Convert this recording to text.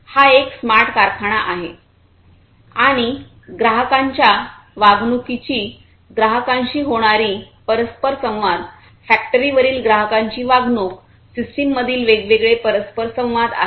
हा एक स्मार्ट कारखाना आहे आणि ग्राहकांच्या वागणुकीची ग्राहकांशी होणारी परस्परसंवाद फॅक्टरीवरील ग्राहकांची वागणूक सिस्टममधील वेगवेगळे परस्परसंवाद आहेत